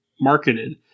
marketed